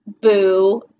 boo